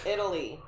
Italy